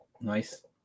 Nice